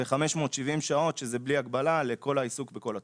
ו-570 שעות שזה בלי הגבלה לכל העיסוק בכל התחום.